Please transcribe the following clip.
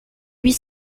huit